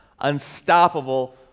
unstoppable